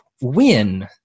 win